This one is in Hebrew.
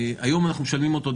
היום אנחנו משלמים אותו,